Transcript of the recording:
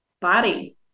body